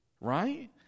Right